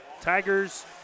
Tigers